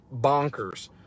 bonkers